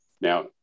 Now